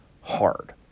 hard